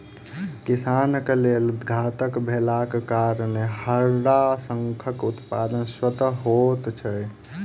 किसानक लेल घातक भेलाक कारणेँ हड़ाशंखक उत्पादन स्वतः होइत छै